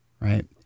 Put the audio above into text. Right